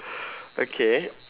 okay